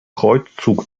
kreuzzug